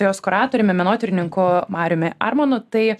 jos kuratoriumi menotyrininku mariumi armonu tai